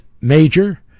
major